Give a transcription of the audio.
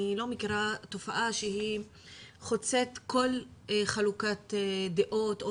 אני לא מכירה תופעה שהיא חוצת דעות או